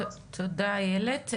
תודה איילת.